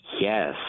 Yes